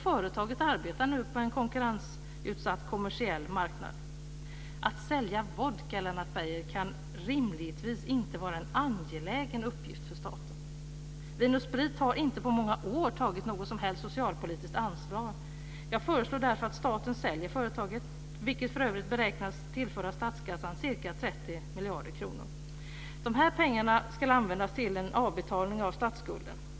Företaget arbetar nu på en konkurrensutsatt kommersiell marknad. Att sälja vodka, Lennart Beijer, kan rimligtvis inte vara en angelägen uppgift för staten. Vin & Sprit har inte på många år tagit något som helst socialpolitiskt ansvar. Jag föreslår därför att staten säljer företaget, något som för övrigt beräknas tillföra statskassan ca 30 miljarder kronor. De pengarna ska användas till avbetalning på statsskulden.